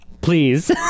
Please